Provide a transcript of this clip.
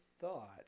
thought –